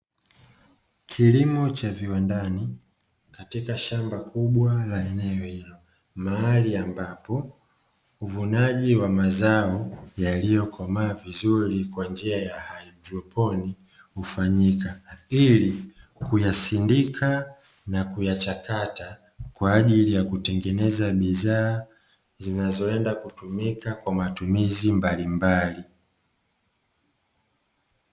Kilimo cha viwandani katika shamba kubwa la eneo hilo, mahali ambapo uvunaji wa mazao yaliyokomaa vizuri kwa njia ya haidroponi ufanyika, ili kuyasindika na kuyachakata kwa ajili ya kutengeneza bidhaa zinazoenda kutumika kwa matumizi mbalimbali.